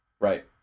Right